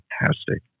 fantastic